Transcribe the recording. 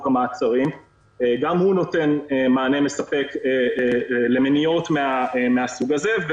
המעצרים נותן מענה מספק למניעות מהסוג הזה.